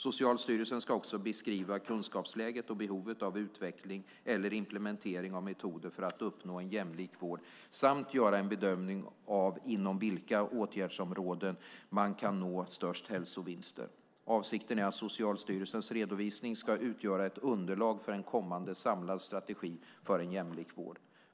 Socialstyrelsen ska också beskriva kunskapsläget och behovet av utveckling eller implementering av metoder för att uppnå en jämlik vård samt göra en bedömning av inom vilka åtgärdsområden man kan nå störst hälsovinster. Avsikten är att Socialstyrelsens redovisning ska utgöra ett underlag för en kommande samlad strategi för en jämlik vård.